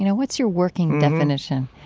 you know what's your working definition?